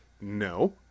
no